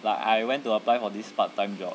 like I went to apply for this part time job